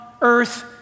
Earth